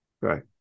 Right